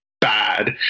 bad